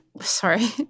sorry